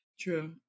True